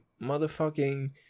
motherfucking